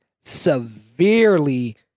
severely